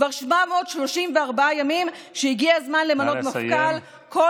כבר 734 ימים שהגיע הזמן למנות מפכ"ל.